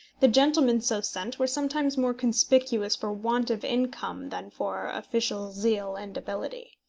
the gentlemen so sent were sometimes more conspicuous for want of income than for official zeal and ability.